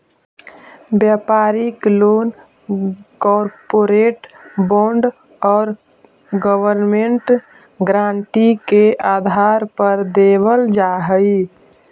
व्यापारिक loan corporate bond और government guarantee के आधार पर देवल जा हई